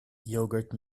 yogurt